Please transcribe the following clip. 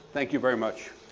thank you very much.